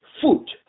foot